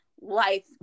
life